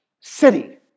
city